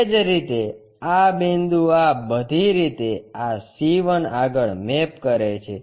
એ જ રીતે આ બિંદુ આ બધી રીતે આ C 1 આગળ મેપ કરે છે